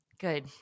good